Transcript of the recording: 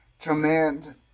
command